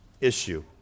issue